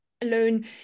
alone